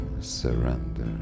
surrender